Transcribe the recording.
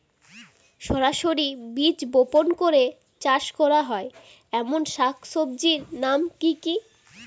সরাসরি বীজ বপন করে চাষ করা হয় এমন শাকসবজির নাম কি কী?